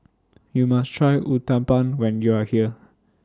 YOU must Try Uthapam when YOU Are here